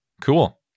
cool